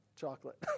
chocolate